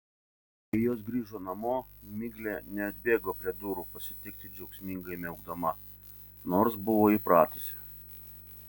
kai jos grįžo namo miglė neatbėgo prie durų pasitikti džiaugsmingai miaukdama nors buvo įpratusi